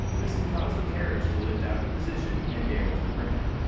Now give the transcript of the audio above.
this can cause the carriage to lift out of position and damage the printer.